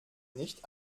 nicht